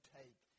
take